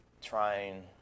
trying